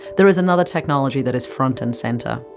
there is another technology that is front and center.